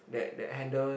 that that handle